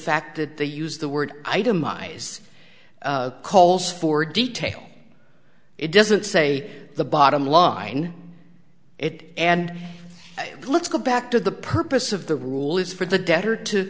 fact that they use the word itemize calls for details it doesn't say the bottom line it and let's go back to the purpose of the rule is for the debtor to